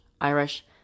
Irish